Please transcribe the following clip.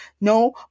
no